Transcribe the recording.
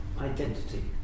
identity